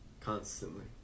constantly